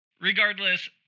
Regardless